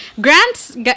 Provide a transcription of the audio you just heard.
grants